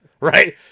right